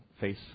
face